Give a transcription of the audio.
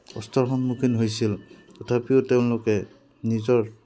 কষ্টৰ সন্মুখীন হৈছিল তথাপিও তেওঁলোকে নিজৰ